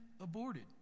aborted